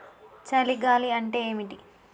చలి గాలి అంటే ఏమిటి?